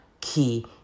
key